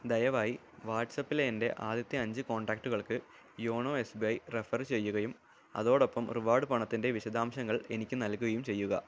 ദയവായി വാട്ട്സപ്പിലെ എൻ്റെ ആദ്യത്തെ അഞ്ച് കോൺടാക്റ്റുകൾക്ക് YONO S B I refer ചെയ്യുകയും അതോടൊപ്പം റിവാർഡ് പണത്തിൻ്റെ വിശദാംശങ്ങൾ എനിക്ക് നൽകുകയും ചെയ്യുക